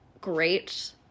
great